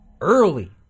early